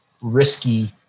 risky